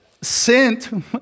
sent